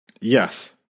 Yes